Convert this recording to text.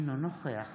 אינו נוכח